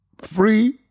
free